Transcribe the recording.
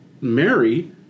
Mary